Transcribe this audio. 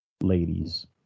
ladies